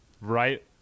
right